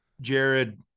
Jared